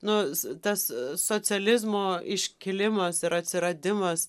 nu tas socializmo iškilimas ir atsiradimas